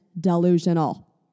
delusional